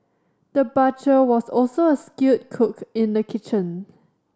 the butcher was also a skilled cook in the kitchen